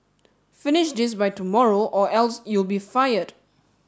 finish this by tomorrow or else you'll be fired